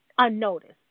unnoticed